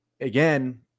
again